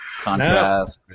contrast